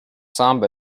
samba